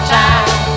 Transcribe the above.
time